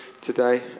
today